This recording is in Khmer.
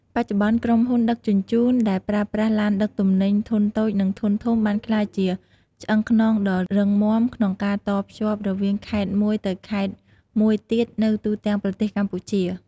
បច្ចុប្បន្ន ក្រុមហ៊ុនដឹកជញ្ជូនដែលប្រើប្រាស់ឡានដឹកទំនិញធុនតូចនិងធុនធំបានក្លាយជាឆ្អឹងខ្នងដ៏រឹងមាំក្នុងការតភ្ជាប់រវាងខេត្តមួយទៅខេត្តមួយទៀតនៅទូទាំងប្រទេសកម្ពុជា។